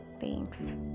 Thanks